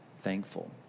thankful